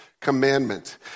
commandment